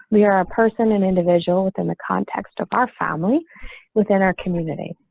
we are a person an individual within the context of our family within our community.